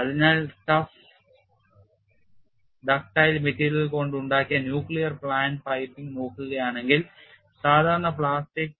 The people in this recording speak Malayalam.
അതിനാൽ tough ഡക്റ്റൈൽ മെറ്റീരിയലുകൾ കൊണ്ട് ഉണ്ടാക്കിയ ന്യൂക്ലിയർ പ്ലാന്റ് പൈപ്പിംഗ് നോക്കുകയാണെങ്കിൽ സാധാരണ പ്ലാസ്റ്റിക്